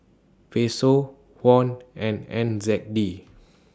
Peso Won and N Z D